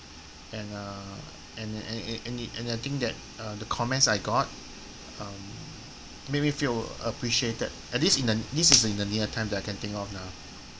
and uh and and and and it and I think that uh the comments I got um made me feel appreciated at least in the this is in the near time I can think of lah